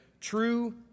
true